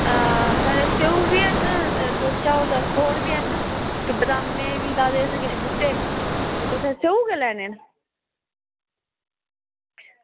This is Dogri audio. आं साढ़ै स्यौ बी हैन चाहो तां खोड़ बी हैन ते बादामै दे बी ला दे असें किश बूह्टे ते तुसें स्यौ गै लेने न